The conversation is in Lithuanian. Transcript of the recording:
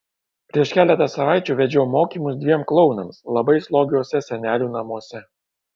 prieš keletą savaičių vedžiau mokymus dviem klounams labai slogiuose senelių namuose